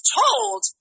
told